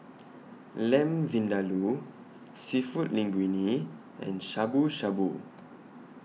Lamb Vindaloo Seafood Linguine and Shabu Shabu